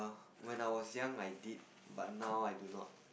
when I was young I did but now I do not